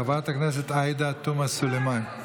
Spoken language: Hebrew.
חברת הכנסת עאידה תומא סלימאן.